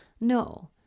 No